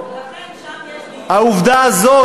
לכן שם יש מיליונים ופה יש 50,000. העובדה הזאת,